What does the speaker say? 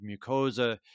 mucosa